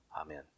Amen